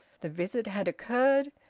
the visit had occurred,